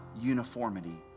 uniformity